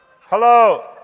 Hello